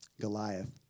Goliath